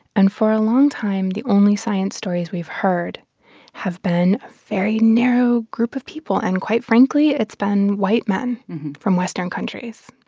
and for a long time, the only science stories we've heard have been a very narrow group of people, and quite frankly, it's been white men from western countries